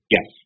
Yes